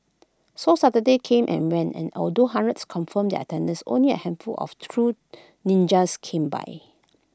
so Saturday came and went and although hundreds confirmed their attendance only A handful of true ninjas came by